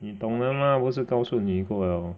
你懂的 mah 不是告诉你过 liao